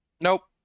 Nope